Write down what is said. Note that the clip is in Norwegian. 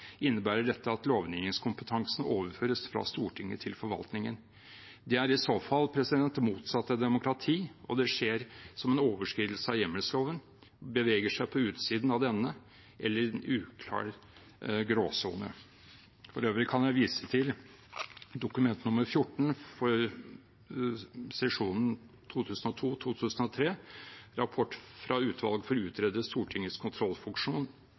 innebærer dette at lovgivningskompetansen overføres fra Stortinget til forvaltningen. Det er i så fall det motsatte av demokrati, og det skjer som en overskridelse av hjemmelsloven og beveger seg på utsiden av denne eller i en uklar gråsone. For øvrig kan jeg vise til Dokument nr. 14 for sesjonen 2002–2003, Rapport fra utvalget til å utrede Stortingets kontrollfunksjon,